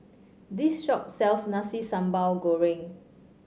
this shop sells Nasi Sambal Goreng